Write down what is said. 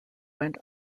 went